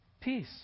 peace